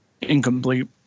Incomplete